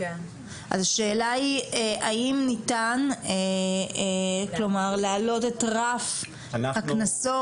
אז השאלה היא האם ניתן להעלות את רף הקנסות?